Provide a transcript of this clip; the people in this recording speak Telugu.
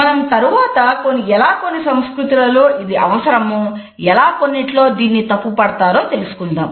మనం తరువాత ఎలా కొన్ని సంస్కృతులలో ఇది అవసరమో ఎలా కొన్నిటిలో దీన్ని తప్పుపడతారో తెలుసుకుంటాం